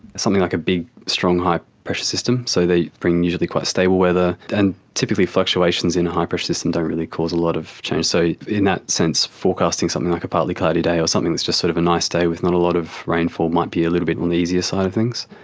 something like a big strong high pressure system, so they bring usually quite stable weather. and typically fluctuations in high-pressure systems don't really cause a lot of change. so in that sense, forecasting something like a partly cloudy day or something that is just sort of a nice day with not a lot of rainfall might be a little bit on the easier side of things.